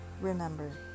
Remember